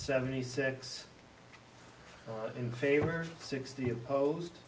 seventy six in favor sixty opposed